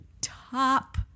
top